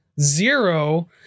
zero